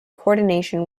coordination